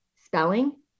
spelling